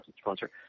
sponsor